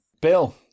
Bill